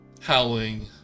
howling